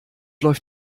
läuft